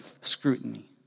scrutiny